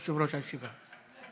יושב-ראש הישיבה.